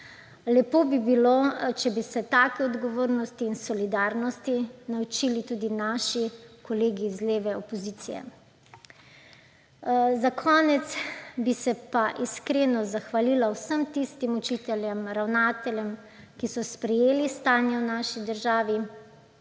Lepo bi bilo, če bi se take odgovornosti in solidarnosti naučili tudi naši kolegi iz leve opozicije. Za konec bi se pa iskreno zahvalila vsem tistim učiteljem, ravnateljem, ki so sprejeli stanje v naši državi,